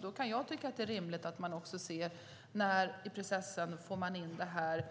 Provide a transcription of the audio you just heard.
Då kan jag tycka att det är rimligt att se när i planeringsprocessen man kan få in det här